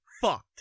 fucked